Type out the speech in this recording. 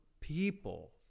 people